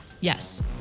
Yes